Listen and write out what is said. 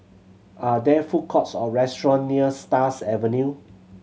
are there food courts or restaurant near Stars Avenue